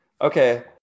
Okay